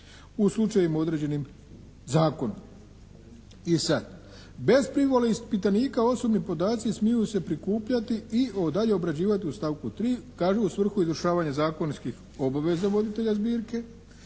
u slučajevima određenim zakonom. I sad, bez privole ispitanika osobni podaci smiju se prikupljati i dalje obrađivati, u stavku 3. kaže, u svrhu izvršavanja zakonskih obaveza voditelja zbirke,